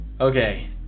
Okay